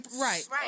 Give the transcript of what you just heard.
right